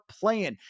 playing